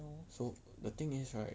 so the thing is right